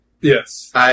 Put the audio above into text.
Yes